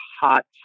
hot